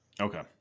okay